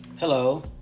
Hello